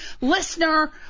listener